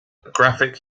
graphic